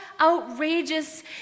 outrageous